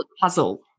puzzle